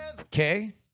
Okay